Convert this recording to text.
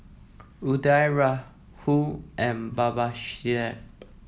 Udai Rahul and Babasaheb